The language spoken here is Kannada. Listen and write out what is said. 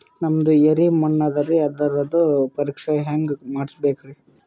ನಮ್ದು ಎರಿ ಮಣ್ಣದರಿ, ಅದರದು ಪರೀಕ್ಷಾ ಹ್ಯಾಂಗ್ ಮಾಡಿಸ್ಬೇಕ್ರಿ?